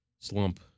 slump